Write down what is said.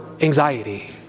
anxiety